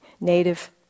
native